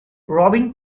robbing